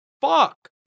fuck